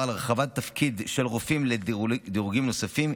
על הרחבת תפקיד של רופאים לדירוגים נוספים,